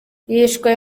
yishwe